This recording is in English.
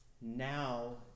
now